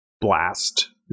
blast